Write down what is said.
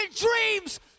dreams